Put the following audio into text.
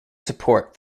support